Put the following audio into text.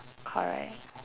correct